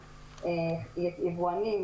יבואנים,